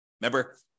Remember